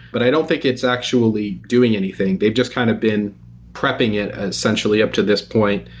but i don't think it's actually doing anything. they've just kind of been prepping it essentially up to this point.